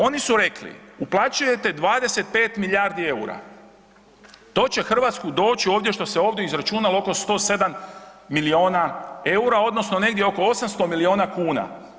Oni su rekli, uplaćujete 25 milijardi eura, to će Hrvatsku doći, ovdje što se ovdje izračunalo oko 107 milijuna eura, odnosno negdje oko 800 milijuna kuna.